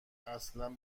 اصلن